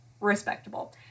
respectable